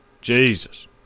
Jesus